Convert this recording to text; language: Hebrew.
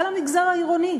על המגזר העירוני.